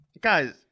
Guys